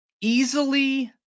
Easily